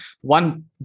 one